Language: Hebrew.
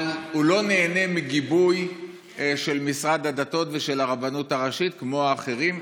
אבל הוא לא נהנה מגיבוי של משרד הדתות ושל הרבנות הראשית כמו האחרים,